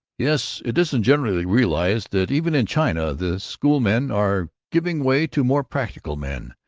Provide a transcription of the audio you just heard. yes. it isn't generally realized that even in china the schoolmen are giving way to more practical men,